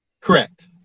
Correct